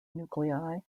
nuclei